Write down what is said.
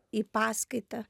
į paskaitą